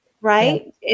Right